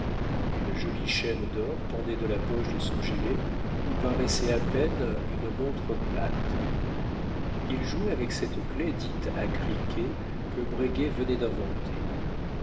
une jolie chaîne d'or pendait de la poche de son gilet où paraissait à peine une montre plate il jouait avec cette clef dite à criquet que breguet venait d'inventer